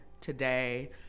today